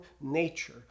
nature